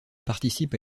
participe